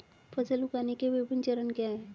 फसल उगाने के विभिन्न चरण क्या हैं?